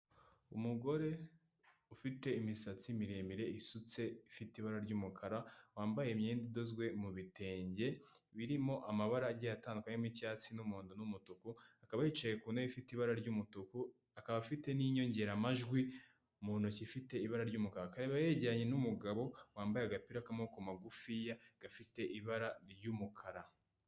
Umugore ufite imisatsi miremire isutse ifite ibara ry'umukara, wambaye imyenda idozwe mu bitenge birimo amabara agiye atandukanye harimo icyatsi n'umuhondo n'umutuku, akaba yicaye ku ntebe ifite ibara ry'umutuku, akaba afite n'inyongeramajwi mu ntoki ifite ibara ry'umukara, akaba yegeranye n'umugabo wambaye agapira k'amaboko magufiya gafite ibara ry'umukara.